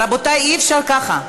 רבותי, אי-אפשר ככה.